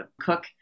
cook